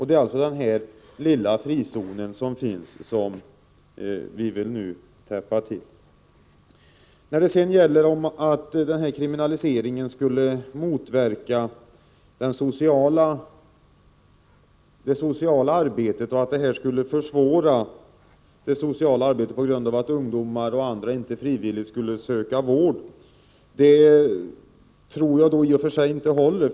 Det är alltså den lilla frizonen som vi nu vill täppa till. Vad sedan gäller påståendet att kriminalisering skulle motverka och försvåra det sociala arbetet — på grund av att ungdomar och andra inte frivilligt skulle söka vård — tror jag inte att det håller.